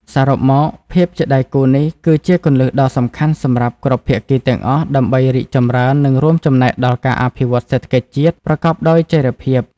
សរុបមក ភាពជាដៃគូនេះគឺជាគន្លឹះដ៏សំខាន់សម្រាប់គ្រប់ភាគីទាំងអស់ដើម្បីរីកចម្រើននិងរួមចំណែកដល់ការអភិវឌ្ឍន៍សេដ្ឋកិច្ចជាតិប្រកបដោយចីរភាព។